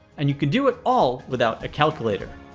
and you can do it all without a calculator.